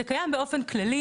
זה קיים באופן כללי.